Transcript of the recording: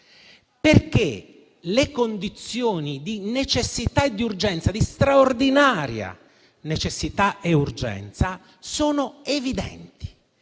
perché le condizioni di necessità e urgenza, di straordinaria necessità e urgenza sono evidenti